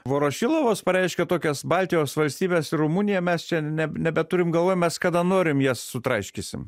vorošilovas pareiškė tokias baltijos valstybes ir rumuniją mes čia ne nebeturim galvoj mes kada norim jas sutraiškysim